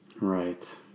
right